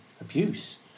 abuse